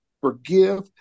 forgive